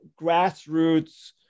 grassroots